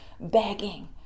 begging